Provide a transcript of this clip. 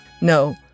No